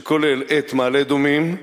שכוללת את מעלה-אדומים,